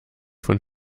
von